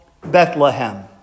Bethlehem